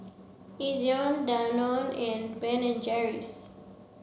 Ezion Danone and Ben and Jerry's